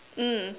mm